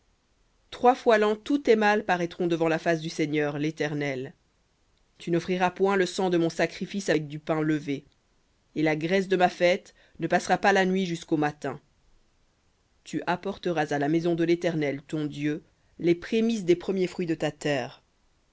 trois fois l'an tous tes mâles paraîtront devant la face du seigneur léternel tu n'offriras point le sang de mon sacrifice avec du pain levé et la graisse de ma fête ne passera pas la nuit jusqu'au matin tu apporteras à la maison de l'éternel ton dieu les prémices des premiers fruits de ta terre